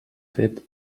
fet